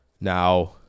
now